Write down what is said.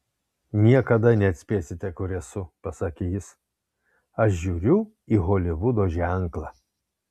niekada neatspėsite kur esu pasakė jis aš žiūriu į holivudo ženklą